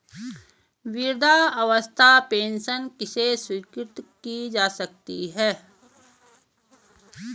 वृद्धावस्था पेंशन किसे स्वीकृत की जा सकती है?